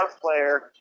player